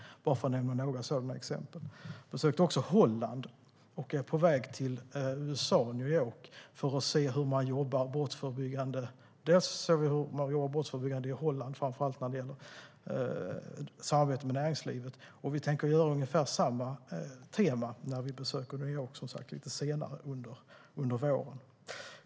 Jag besökte också Holland, och jag är på väg till USA och New York för att se på det brottsförebyggande arbetet. Jag har sett exempel på brottsförebyggande arbete i Holland, framför allt samarbetet med näringslivet. Vi tänkte att det ska vara samma tema när vi besöker New York senare under våren.